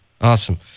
Awesome